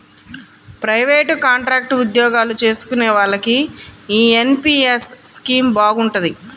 private, contract ఉద్యోగాలు చేసుకునే వాళ్లకి యీ ఎన్.పి.యస్ స్కీమ్ బాగుంటది